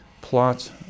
plot